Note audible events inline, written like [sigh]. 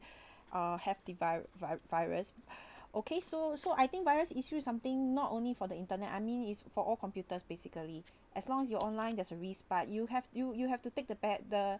[breath] uh have the vi~ vi~ virus [breath] okay so so I think virus issue something not only for the internet I mean is for all computers basically as long as you online there's a risk but you have you you have to take the bad the